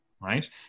right